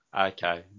Okay